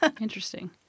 Interesting